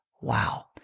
Wow